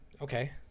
okay